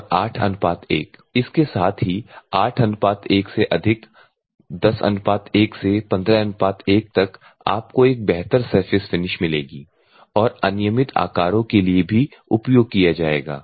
और 8 1 इसके साथ ही 8 1 से अधिक 10 1 से 15 1 तक आपको एक बेहतर सरफेस फिनिश मिलेगी और अनियमित आकार के भागों के लिए भी उपयोग किया जाएगा